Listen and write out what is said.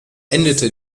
endete